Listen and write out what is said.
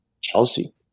Chelsea